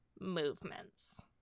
movements